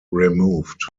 removed